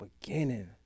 beginning